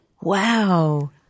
Wow